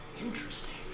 Interesting